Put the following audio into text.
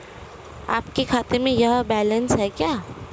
आपके खाते में यह बैलेंस है क्या?